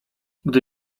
gdy